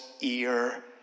ear